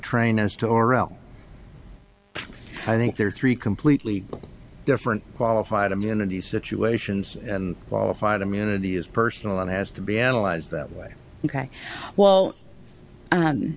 train has to oral i think there are three completely different qualified immunity situations and qualified immunity is personal and has to be analyzed that way ok well